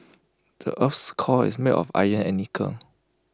the Earth's core is made of iron and nickel